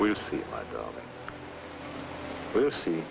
we'll see we'll see